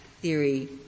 theory